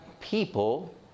people